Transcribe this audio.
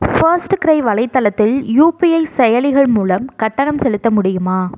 first க்ரை வலைத்தளத்தில் UPI செயலிகள் மூலம் கட்டணம் செலுத்த முடியுமா